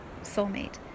soulmate